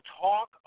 talk